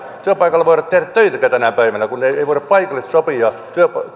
työpaikalla ei voida tehdä töitäkään tänä päivänä kun ei voida paikallisesti sopia